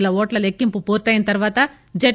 ల ఓట్ల లెక్కింపు పూర్తయిన తర్వాత జడ్